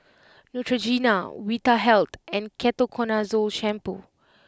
Neutrogena Vitahealth and Ketoconazole shampoo